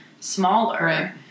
smaller